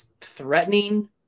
threatening